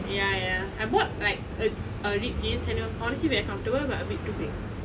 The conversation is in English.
ya ya I bought like a a ripped jeans and it honestly very comfortable but a bit too big